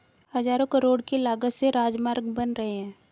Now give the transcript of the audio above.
हज़ारों करोड़ की लागत से राजमार्ग बन रहे हैं